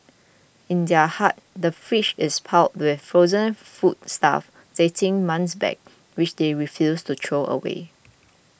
in their hut the fridge is piled with frozen foodstuff dating months back which they refuse to throw away